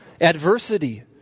adversity